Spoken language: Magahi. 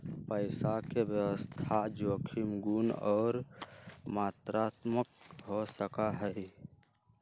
पैसा के व्यवस्था जोखिम गुण और मात्रात्मक हो सका हई